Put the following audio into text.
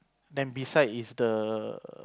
then beside is the